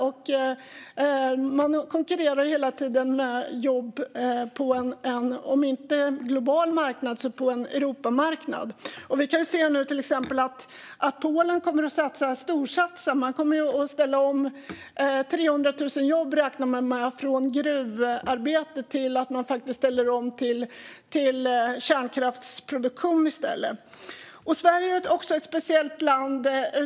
De konkurrerar hela tiden med jobb om inte på en global marknad så på en Europamarknad. Vi kan nu till exempel se att Polen kommer att storsatsa. Man kommer att ställa om 300 000 jobb, räknar man med, från gruvarbete till kärnkraftsproduktion. Sverige är ett speciellt land.